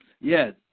Yes